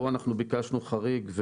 פה אנחנו ביקשנו חריג.